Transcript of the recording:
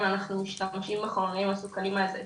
אנחנו משתמשים בחומרים המסוכנים האלה,